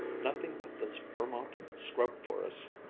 nothing but those vermont scrub forests.